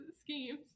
schemes